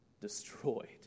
destroyed